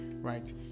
right